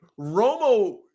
Romo